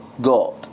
God